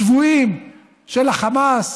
שבויים של החמאס,